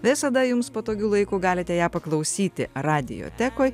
visada jums patogiu laiku galite ją paklausyti radiotekoj